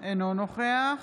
אינו נוכח